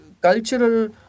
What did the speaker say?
cultural